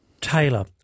Taylor